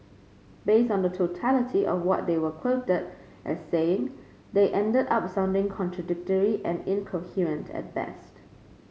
based on the totality of what they were quoted as saying they ended up sounding contradictory and incoherent at best